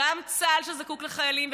גם צה"ל, שזקוק לחיילים.